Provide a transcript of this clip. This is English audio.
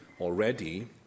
already